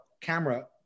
camera